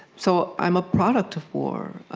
so i'm a product of war